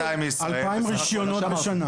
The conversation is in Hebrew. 2,000 רישיונות בשנה.